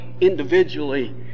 individually